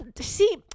see